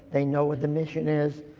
they know what the mission is,